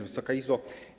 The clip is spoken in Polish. Wysoka Izbo!